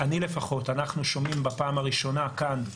אנחנו שומעים בפעם הראשונה כאן,